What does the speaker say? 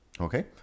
Okay